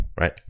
Right